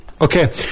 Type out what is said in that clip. Okay